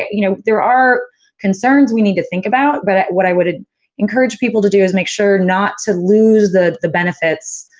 you know, there are concerns we need to think about, but what i would encourage people to do is make sure not to lose the the benefits